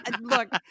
look